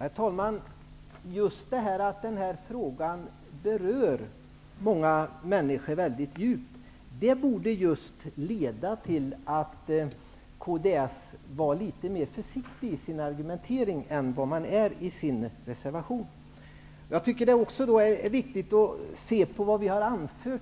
Herr talman! Just detta att den här frågan berör många människor mycket djupt, borde leda till att Kristdemokraterna var litet mer försiktiga i sin argumentering än vad de är i sin reservation. Det är viktigt att se vad